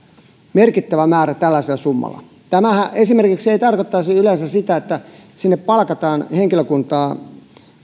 merkittävä määrä tällaisella summalla tämähän esimerkiksi ei yleensä tarkoittaisi sitä että sinne palkataan henkilökuntaa